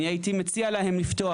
אני הייתי מציע להם לפתוח,